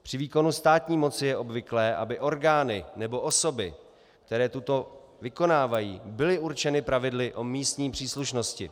Při výkonu státní moci je obvyklé, aby orgány nebo osoby, které toto vykonávají, byly určeny pravidly o místní příslušnosti.